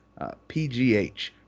pgh